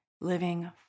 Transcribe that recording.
living